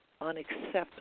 unacceptable